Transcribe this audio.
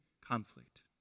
conflict